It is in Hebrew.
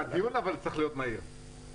אבל הדיון צריך להיות מהיר.